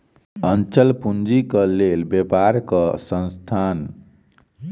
अचल पूंजीक लेल व्यापारक स्थान आवश्यक होइत अछि